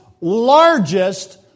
largest